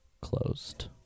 closed